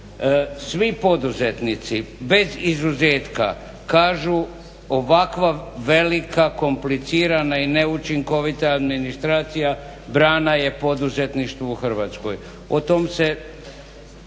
Svi poduzetnici bez izuzetka kažu ovakva velika, komplicirana i neučinkovita administracija brana je poduzetništvu u Hrvatskoj. Na to se